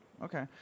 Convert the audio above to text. Okay